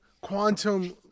quantum